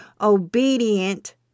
obedient